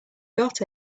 got